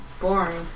Boring